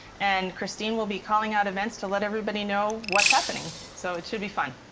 and christine will be calling out events to let everybody know what's happening, so it should be fun.